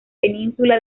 península